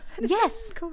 yes